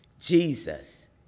Jesus